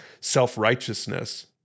self-righteousness